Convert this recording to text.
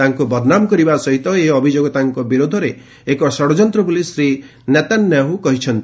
ତାଙ୍କୁ ବଦନାମ କରିବା ସହିତ ଏହି ଅଭିଯୋଗ ତାଙ୍କ ବିରୋଧରେ ଏକ ଷଡ଼ଯନ୍ତ ବୋଲି ଶ୍ରୀ ନେତାନ୍ୟାହୁ କହିଛନ୍ତି